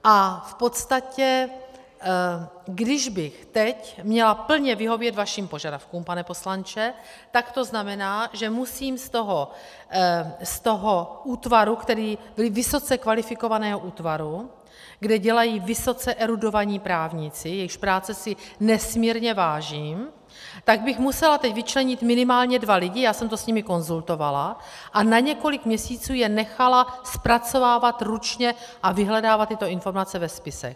A v podstatě když bych teď měla plně vyhovět vašim požadavkům, pane poslanče, tak to znamená, že musím z toho útvaru, vysoce kvalifikovaného útvaru, kde dělají vysoce erudovaní právníci, jejichž práce si nesmírně vážím, tak bych musela teď vyčlenit minimálně dva lidi, já jsem to s nimi konzultovala, a na několik měsíců je nechat zpracovávat ručně a vyhledávat tyto informace ve spisech.